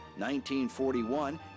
1941